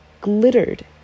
glittered